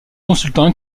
consultants